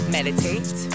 Meditate